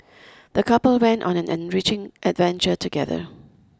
the couple went on an enriching adventure together